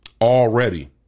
Already